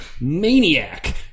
maniac